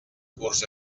curs